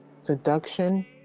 Seduction